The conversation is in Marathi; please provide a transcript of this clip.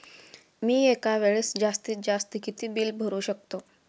मी एका वेळेस जास्तीत जास्त किती बिल भरू शकतो?